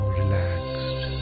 relaxed